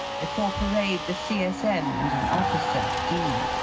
before parade the c s m. and an officer, d,